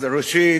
אז ראשית,